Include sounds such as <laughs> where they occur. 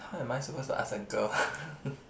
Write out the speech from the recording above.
how am I suppose to ask a girl <laughs>